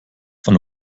von